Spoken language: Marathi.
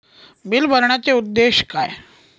बिल भरण्याचे उद्देश काय?